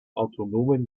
autonomen